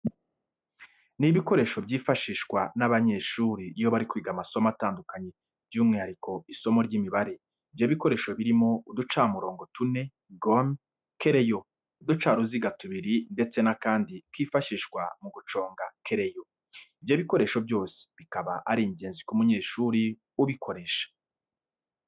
Ni ibikoresho byifashishwa n'abanyeshuri iyo bari kwiga amasomo atandukanye by'umwihariko isimo ry'Imibare. ibyo bikoresho birimo uducamirongo tune, gome, kereyo, uducaruziga tubiri ndetse n'akandi kifashishwa mu guconga kereyo. Ibyo bikoresho byose bikaba ari ingenzi ku munyeshuri ubukoresha.